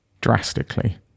drastically